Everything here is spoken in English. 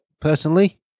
personally